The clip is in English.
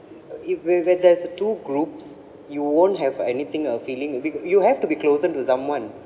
if where where there's two groups you won't have anything uh feeling because you have to be closer to someone